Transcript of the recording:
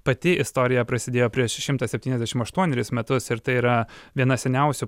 pati istorija prasidėjo prieš šimtą septyniasdešim aštuonerius metus ir tai yra viena seniausių